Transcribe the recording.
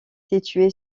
situé